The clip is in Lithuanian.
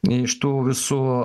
iš tų visų